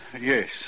Yes